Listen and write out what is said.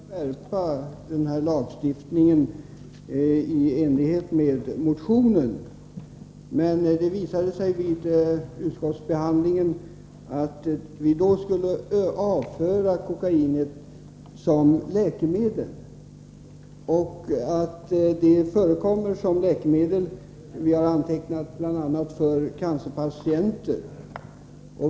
Herr talman! Jag trodde från början att vi skulle kunna skärpa lagstiftningen i enlighet med motionen. Men det visade sig vid utskottsbehandlingen att vi i så fall skulle avföra kokain som läkemedel. Vi har antecknat att kokain används som läkemedel för bl.a. cancerpatienter.